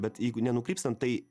bet jeigu nenukrypstant tai